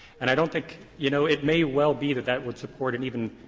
and i don't think you know, it may well be that that would support an even